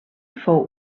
fou